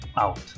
out